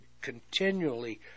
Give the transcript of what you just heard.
continually